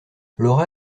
laura